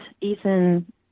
Ethan